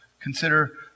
consider